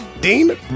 Dean